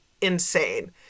insane